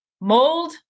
mold